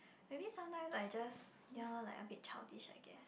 maybe sometimes I just ya lah like a bit childish I guess